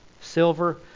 Silver